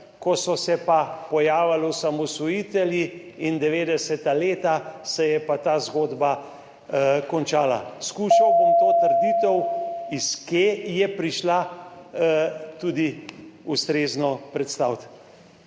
Ko so se pa pojavili osamosvojitelji in 90. leta, se je pa ta zgodba končala. Skušal bom to trditev, iz kje je prišla, tudi ustrezno predstaviti.